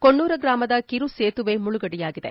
ಕೊಣ್ಣೂರ ಗ್ರಾಮದ ಕಿರು ಸೇತುವೆ ಮುಳುಗಡೆಯಾಗಿದೆ